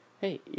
hey